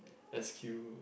s_q